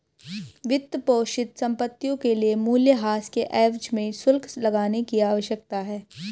वित्तपोषित संपत्तियों के लिए मूल्यह्रास के एवज में शुल्क लगाने की आवश्यकता है